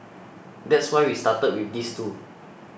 that's why we started with these two